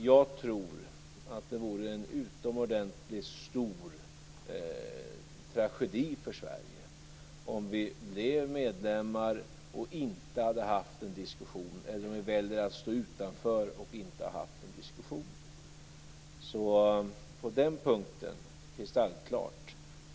Jag tror att det vore en utomordentligt stor tragedi för Sverige, om vårt land blev medlem utan att ha haft en diskussion eller om det utan att ha genomfört en diskussion skulle välja att stå utanför. På den punkten är det alltså kristallklart.